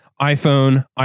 iPhone